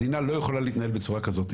מדינה לא יכולה להתנהל בצורה כזאת.